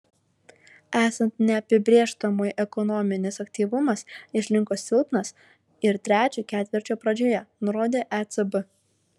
esant neapibrėžtumui ekonominis aktyvumas išliko silpnas ir trečio ketvirčio pradžioje nurodė ecb